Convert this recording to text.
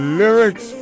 lyrics